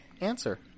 Answer